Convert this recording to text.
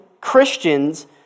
Christians